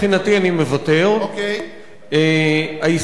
מבחינתי, מה שלפני כן אני מוותר.